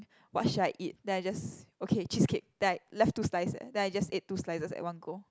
what should I eat then I just okay cheesecake then I left two slice eh then I just ate two slices at one go